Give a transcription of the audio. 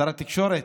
שר התקשורת,